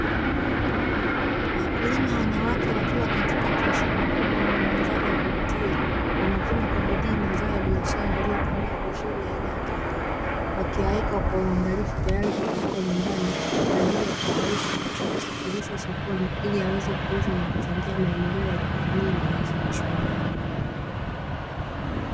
Wakulima wanawake wakiwa katikati ya shamba kubwa lenye mandhari ya kuvutia. Wanavuna kwa bidii mazao ya biashara yaliyokomaa vizuri aina ya kahawa, wakiyaweka kwa uangalifu tayari kupelekwa nyumbani kwa ajili ya kukaushwa, kisha kusafirishwa sokoni ili yaweze kuuzwa na kuchangia maendeleo ya kijamii na kiuchumi.